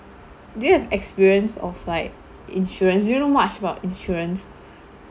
do you have experience of like insurance do you know much about insurance